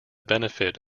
benefits